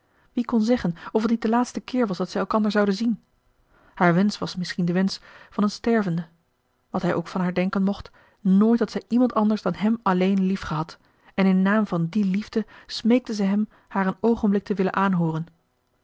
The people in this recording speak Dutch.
wie kon zeggen of het niet de laatste keer was dat zij elkander zouden zien haar wensch was misschien de wensch van een stervende wat hij ook van haar denken mocht nooit had zij iemand anders dan hem alleen liefgehad en in naam van die liefde smeekte zij hem haar een oogenblik te willen aanhooren